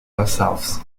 ourselves